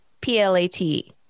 P-L-A-T